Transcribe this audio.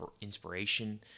inspiration